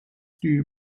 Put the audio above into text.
die